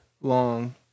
long